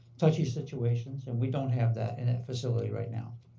touchy situations. and we don't have that in a facility right now.